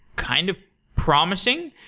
kind of promising.